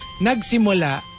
Nagsimula